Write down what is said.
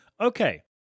Okay